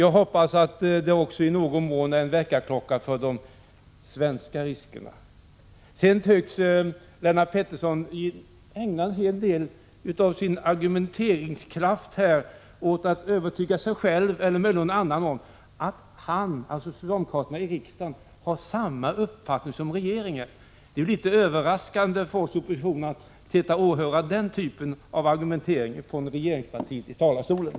Jag hoppas att de i någon mån också är en väckarklocka när det gäller den svenska kärnkraftens risker. Lennart Pettersson tycks ägna en hel del av sin argumentationsförmåga åt att övertyga sig själv eller möjligen någon annan om att han och socialdemokraterna i riksdagen har samma uppfattning som regeringen. Det är litet överraskande för oss inom oppositionen att från talarstolen få höra denna typ av argumentering från regeringspartiets företrädare.